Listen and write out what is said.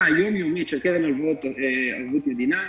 היום-יומית של קרן הלוואות בערבות המדינה,